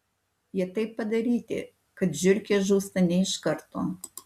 jie taip padaryti kad žiurkė žūsta ne iš karto